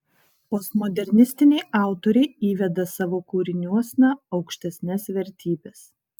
postmodernistiniai autoriai įveda savo kūriniuosna aukštesnes vertybes